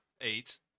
Eight